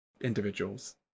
individuals